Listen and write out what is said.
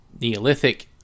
Neolithic